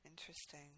Interesting